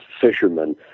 fishermen